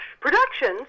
productions